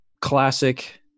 classic